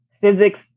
physics